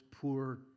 poor